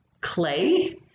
clay